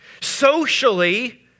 socially